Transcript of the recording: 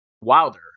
Wilder